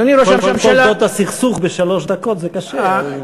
כל תולדות הסכסוך בשלוש דקות, זה קשה.